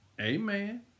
amen